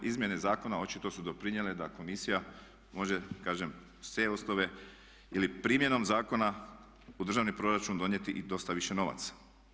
Izmjene zakona očito su doprinijela da komisija može kažem s te osnove ili primjenom zakona u državni proračun donijeti i dosta više novaca.